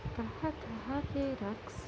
طرح طرح کے رقص